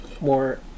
more